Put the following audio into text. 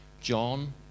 John